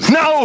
no